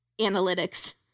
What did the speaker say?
analytics